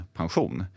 pension